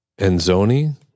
Enzoni